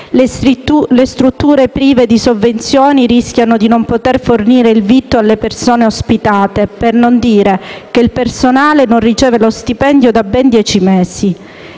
Le strutture prive di sovvenzioni rischiano di non poter fornire il vitto alle persone ospitate, per non dire che il personale non riceve lo stipendio da ben dieci mesi.